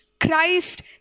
Christ